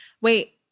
Wait